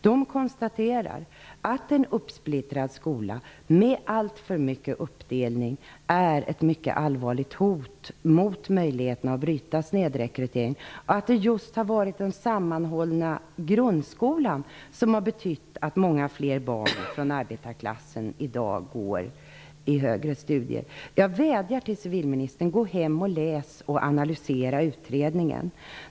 De konstaterar att en uppsplittrad skola med alltför mycket uppdelning är ett mycket allvarligt hot mot möjligheten att bryta snedrekryteringen och att det just har varit den sammanhållna grundskolan som har betytt att många fler barn från arbetarklassen i dag går vidare till högre studier. Jag vädjar till civilministern: Gå hem och läs och analysera utredningen.